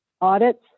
audits